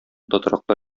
тотрыклы